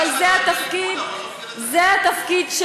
אבל זה התפקיד שלנו,